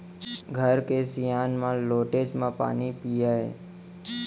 घर के सियान मन लोटेच म पानी पियय